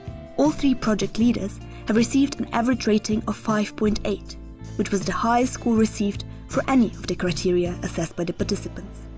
all three project leaders have received an average rating of five point eight which was the highest score received for any of the criteria assesed by the participants.